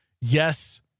Yes